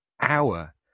hour